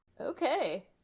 Okay